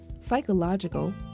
psychological